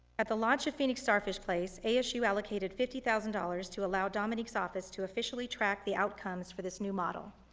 at the launch of phoenix starfish play, asu allocated fifty thousand dollars to allow dominique's office to officially track the outcomes for this new model.